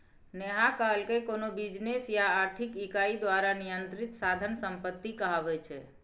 नेहा कहलकै कोनो बिजनेस या आर्थिक इकाई द्वारा नियंत्रित साधन संपत्ति कहाबै छै